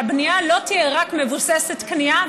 שהבנייה לא תהיה רק מבוססת קנייה.